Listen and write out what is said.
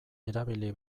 erabili